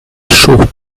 chaud